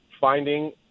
finding